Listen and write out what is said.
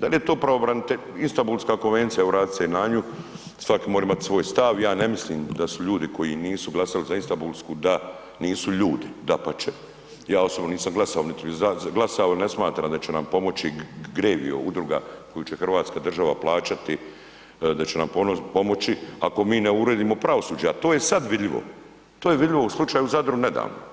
Dal je to Istambulska konvencija, evo vratit ću se i na nju, svaki mora imat svoj stav, ja ne mislim da su ljudi koji nisu glasali za Istambulsku da nisu ljudi, dapače, ja osobno nisam glasao, niti bi glasao, ne smatram da će nam pomoći Grevija udruga koju će hrvatska država plaćati, da će nam pomoći ako mi ne uredimo pravosuđe, a to je sad vidljivo, to je vidljivo u Zadru nedavno